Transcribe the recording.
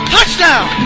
Touchdown